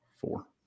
Four